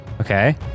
Okay